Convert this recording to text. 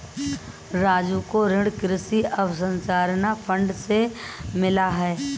राजू को ऋण कृषि अवसंरचना फंड से मिला है